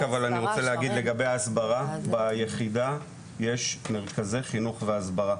רק אבל אני רוצה להגיד לגבי ההסברה - ביחידה יש מרכזי חינוך והסברה.